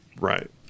right